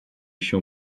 się